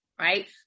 right